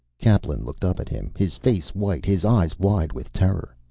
kaplan looked up at him, his face white, his eyes wide with terror.